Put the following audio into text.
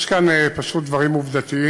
יש כאן פשוט דברים עובדתיים: